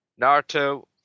Naruto